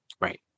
Right